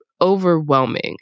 overwhelming